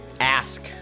ask